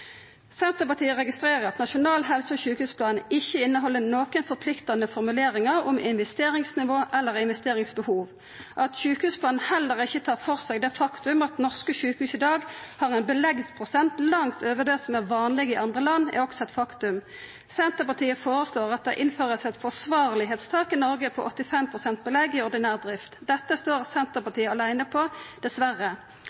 Senterpartiet registrerer at Nasjonal helse- og sjukehusplan ikkje inneheld nokon forpliktande formuleringar om investeringsnivå eller investeringsbehov. At sjukehusplanen heller ikkje tar for seg at norske sjukehus i dag har ein beleggsprosent langt over det som er vanleg i andre land, er også eit faktum. Senterpartiet føreslår at ein innfører eit forsvarlegheitstak i Noreg på 85 pst. belegg i ordinær drift. Dette står